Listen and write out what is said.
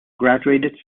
graduated